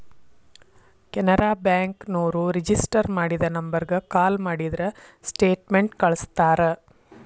Canara bank ನೋರು register ಮಾಡಿದ ನಂಬರ್ಗ ಕಾಲ ಮಾಡಿದ್ರ ಸ್ಟೇಟ್ಮೆಂಟ್ ಕಳ್ಸ್ತಾರ